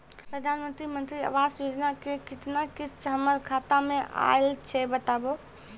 प्रधानमंत्री मंत्री आवास योजना के केतना किस्त हमर खाता मे आयल छै बताबू?